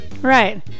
Right